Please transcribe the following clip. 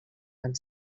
van